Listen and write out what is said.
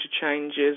changes